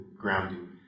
grounding